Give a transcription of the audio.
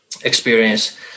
experience